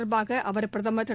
தொடர்பாக அவர்பிரதமர் திரு